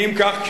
אם כך,